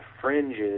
fringes